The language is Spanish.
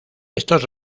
estos